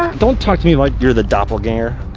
don't talk to me like you're the doppleganger